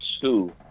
two